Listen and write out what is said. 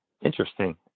Interesting